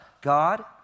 God